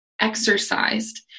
exercised